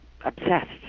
obsessed